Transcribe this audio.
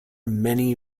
many